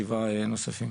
שבעה נוספים.